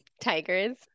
Tigers